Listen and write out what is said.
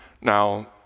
Now